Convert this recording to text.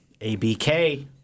A-B-K